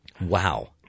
Wow